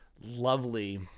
lovely